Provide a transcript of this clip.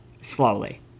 Slowly